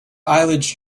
eyelids